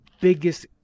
biggest